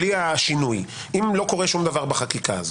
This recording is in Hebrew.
בלי השינוי, אם לא קורה שום דבר בחקיקה הזאת,